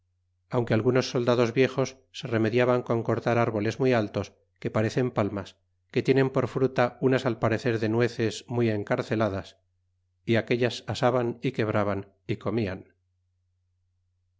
aunque algunos soldados viejos se remediaban con cortar árboles muy altos que parecen palmas que tienen por fruta unas al parecer de nueces muy encarceladas y aquellas asaban y quebraban y comian